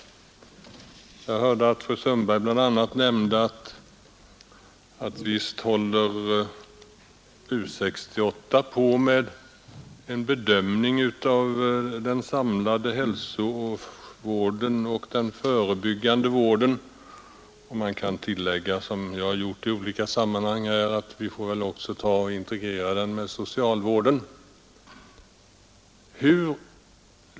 Jag hörde att fru Sundberg bl.a. nämnde, att U 68 håller på med en bedömning av den samlade hälsooch sjukvården samt den förebyggande vården. Man kan tillägga, vilket jag har gjort i olika sammanhang, att vi måste integrera denna vård med socialvården.